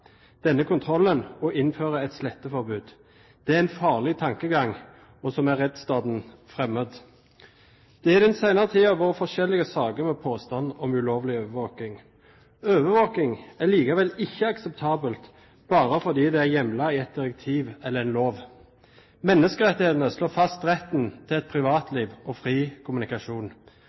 denne kontrollen og innfører et sletteforbud. Det er en farlig tankegang, som er rettsstaten fremmed. Det har i den senere tiden vært forskjellige saker med påstand om ulovlig overvåking. Overvåking er likevel ikke akseptabel bare fordi den er hjemlet i et direktiv eller en lov. Menneskerettighetene slår fast retten til privatliv og fri kommunikasjon.